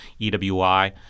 EWI